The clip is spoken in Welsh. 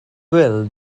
wil